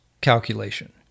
calculation